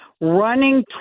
running